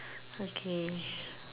okay